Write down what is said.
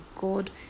God